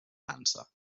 dansa